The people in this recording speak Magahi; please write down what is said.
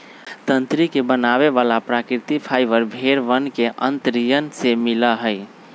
तंत्री के बनावे वाला प्राकृतिक फाइबर भेड़ वन के अंतड़ियन से मिला हई